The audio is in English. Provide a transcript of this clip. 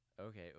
Okay